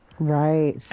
Right